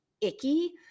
icky